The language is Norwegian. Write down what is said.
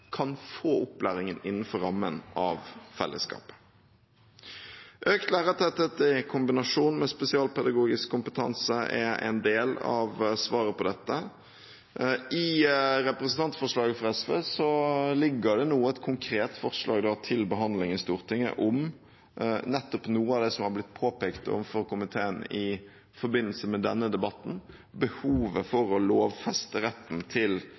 kan få opplæring innenfor rammen av fellesskapet. Økt lærertetthet i kombinasjon med spesialpedagogisk kompetanse er en del av svaret på dette. I representantforslaget fra SV ligger det nå et konkret forslag til behandling i Stortinget om nettopp noe av det som har blitt påpekt overfor komiteen i forbindelse med denne debatten – behovet for å lovfeste rett til